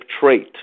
trait